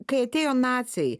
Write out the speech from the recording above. kai atėjo naciai